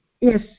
Yes